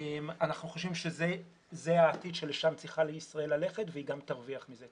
אנחנו חושבים שזה העתיד לשם ישראל צריכה ללכת והיא גם תרוויח מזה.